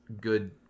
good